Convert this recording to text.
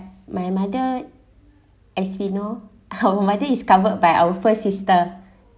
my mother as we know her mother is covered by our first sister